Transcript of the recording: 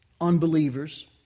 unbelievers